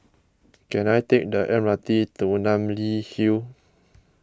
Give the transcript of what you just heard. can I take the M R T to Namly Hill